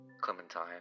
Clementine